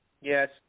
Yes